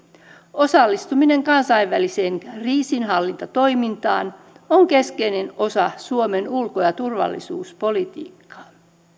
osallistuminen kansainväliseen kriisinhallintatoimintaan on keskeinen osa suomen ulko ja turvallisuuspolitiikkaa